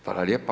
Hvala lijepa.